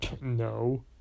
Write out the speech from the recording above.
No